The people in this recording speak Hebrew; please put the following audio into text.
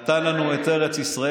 הקדוש ברוך הוא נתן לנו את ארץ ישראל,